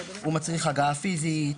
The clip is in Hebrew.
היא מצריכה הגעה פיזית,